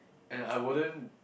and I wouldn't